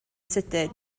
sydyn